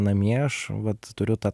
namie aš vat turiu tą